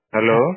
Hello